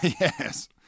Yes